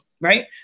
right